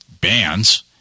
bands